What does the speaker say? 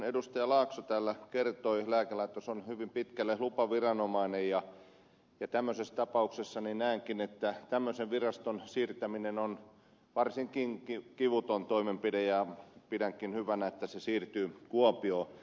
laakso täällä kertoi lääkelaitos on hyvin pitkälle lupaviranomainen ja tämmöisessä tapauksessa näenkin että tämmöisen viraston siirtäminen on varsin kivuton toimenpide ja pidänkin hyvänä että se siirtyy kuopioon